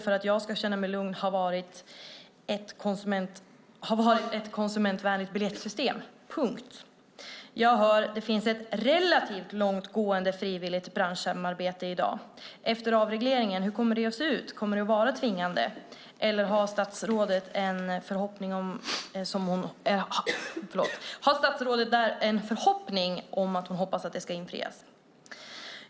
För att jag ska känna mig lugn borde det vara ett konsumentvänligt biljettsystem - punkt. Jag hör också att det i dag finns "ett relativt långtgående frivilligt branschsamarbete". Hur kommer det att se ut efter avregleringen? Kommer det att vara tvingande, eller har statsrådet en förhoppning om att det sagda ska infrias?